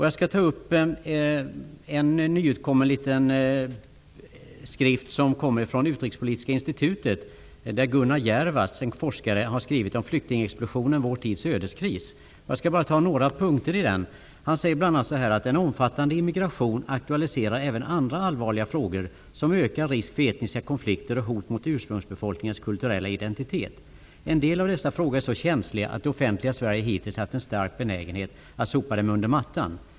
Jag skall ta upp en nyutkommen liten skrift som kommer från Utrikespolitiska institutet. Den är skriven av forskaren Gunnar Jervas och heter Flyktingexplosionen -- vår tids ödeskris? Jag skall bara ta upp några punkter i den. Gunnar Jervas skriver bl.a.: ''En omfattande immigration aktualiserar även andra allvarliga frågor, som ökad risk för etniska konflikter och hot mot ursprungsbefolkningens kulturella identitet. En del av dessa frågor är så känsliga att det offentliga Sverige hittills haft en stark benägenhet att sopa dem under mattan.